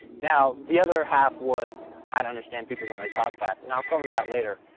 now the other half was how to understand people when they talk fast, and i'll go over that later.